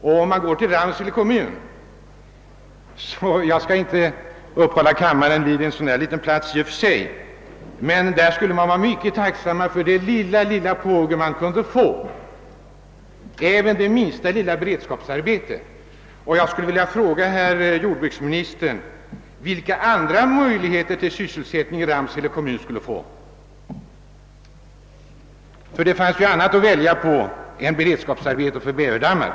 Och i Ramsele kommun — jag skall i och för sig inte uppehålla kammaren med debatt om en så liten kommun — skulle man vara mycket tacksam för det lilla, lilla påhugg man kunde få, även det minsta lilla beredskapsarbete. Jag skulle vilja fråga herr jordbruksministern vilka andra möjligheter till sysselsättning Ramsele kommun skulle få — det fanns ju enligt jordbruksministern annat att välja på än beredskapsarbeten vid bäverdammar.